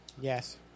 Yes